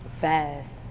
Fast